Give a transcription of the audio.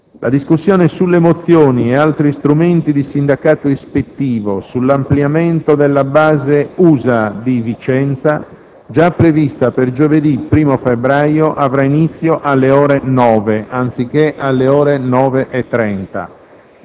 La discussione sulle mozioni e altri strumenti di sindacato ispettivo sull'ampliamento della base USA di Vicenza, già prevista per giovedì 1o febbraio, avrà inizio alle ore 9, anziché alle ore 9,30,